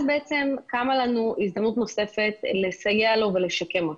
אז קמה לנו הזדמנות נוספת לסייע לו ולשקם אותו.